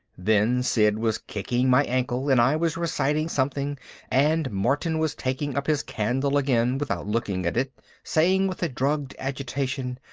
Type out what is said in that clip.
then sid was kicking my ankle and i was reciting something and martin was taking up his candle again without looking at it saying with a drugged agitation,